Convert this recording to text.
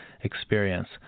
experience